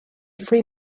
free